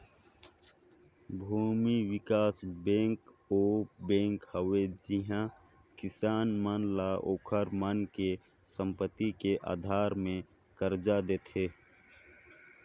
भूमि बिकास बेंक ओ बेंक हवे जिहां किसान मन ल ओखर मन के संपति के आधार मे करजा देथे